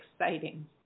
exciting